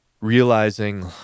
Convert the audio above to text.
realizing